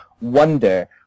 wonder